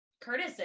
Curtis